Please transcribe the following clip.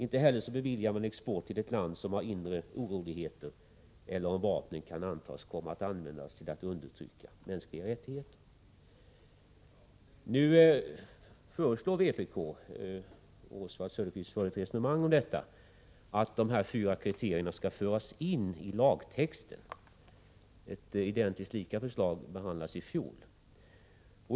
Inte heller beviljas export till ett land som har inre oroligheter eller om vapnen kan anses komma att användas för att undertrycka mänskliga rättigheter. Vpk föreslår — och Oswald Söderqvist förde ett resonemang om detta — att dessa fyra kriterier skall föras in i lagtexten. Ett identiskt lika förslag behandlades i fjol.